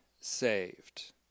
saved